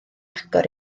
agor